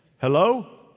Hello